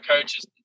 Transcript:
coaches